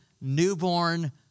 newborn